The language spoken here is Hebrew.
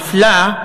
מפלה,